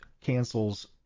cancels